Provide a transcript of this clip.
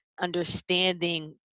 understanding